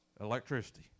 electricity